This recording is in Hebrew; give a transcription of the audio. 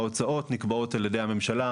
ההוצאות נקבעות על ידי הממשלה,